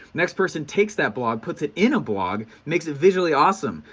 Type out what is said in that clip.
next person takes that blog, puts it in a blog makes it visually awesome,